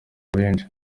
benshi